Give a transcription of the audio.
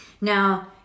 Now